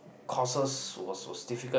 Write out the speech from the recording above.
courses was was difficult